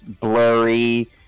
blurry